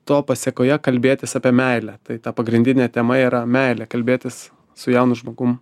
to pasėkoje kalbėtis apie meilę tai ta pagrindinė tema yra meilė kalbėtis su jaunu žmogum